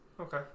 Okay